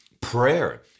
prayer